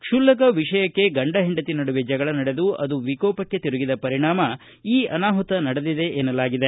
ಕ್ಷುಲ್ಲಕ ವಿಷಯಕ್ಕೆ ಗಂಡ ಹೆಂಡತಿ ನಡುವೆ ಜಗಳ ನಡೆದು ಅದು ವಿಕೋಪಕ್ಕೆ ತಿರುಗಿದ ಪರಿಣಾಮ ಈ ಅನಾಮತ ನಡೆದಿದೆ ಎನ್ನಲಾಗಿದೆ